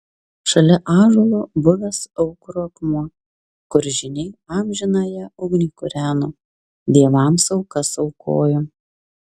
šalia ąžuolo buvęs aukuro akmuo kur žyniai amžinąją ugnį kūreno dievams aukas aukojo